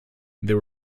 there